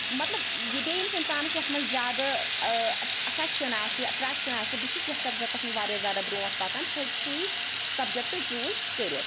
مطلب بیٚیہِ ییٚمِس اِنسانَس یتھ مَنٛز زیادٕ ٲں اَفیٚکشَن آسہِ اَٹریٚکشَن آسہِ بہٕ چھُس یتھ سَبجیٚکٹَس مَنٛز واریاہ زیادٕ برٛونٛٹھ پَکان سُہ ہیٚکہِ سُے سَبجیٚکٹہٕ چیٛوٗز کٔرِتھ